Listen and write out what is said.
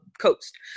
coast